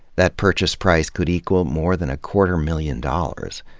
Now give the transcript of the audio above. that purchase price could equal more than a quarter million dollars,